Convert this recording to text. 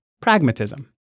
Pragmatism